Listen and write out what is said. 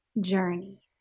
journey